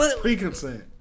Pre-consent